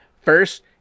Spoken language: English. first